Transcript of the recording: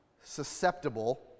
susceptible